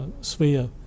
sphere